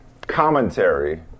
commentary